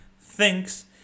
thinks